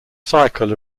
cycle